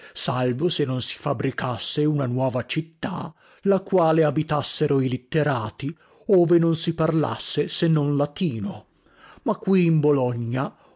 salvo se non si fabricasse una nuova città la quale abitassero i litterati ove non si parlasse se non latino ma qui in bologna